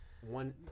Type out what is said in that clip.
One